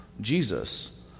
Jesus